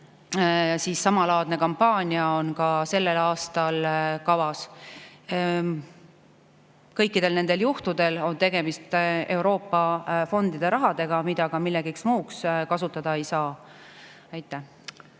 Teine samalaadne kampaania on ka sellel aastal kavas. Kõikidel nendel juhtudel on tegemist Euroopa fondide rahaga, mida millekski muuks kasutada ei saa. Aitäh!